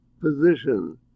position